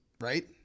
right